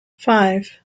five